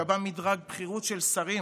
ייקבע מדרג של בכירות שרים,